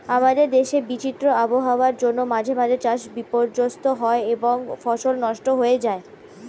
আমাদের দেশে বিচিত্র আবহাওয়ার জন্য মাঝে মাঝে চাষ বিপর্যস্ত হয় এবং ফসল নষ্ট হয়ে যায়